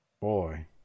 boy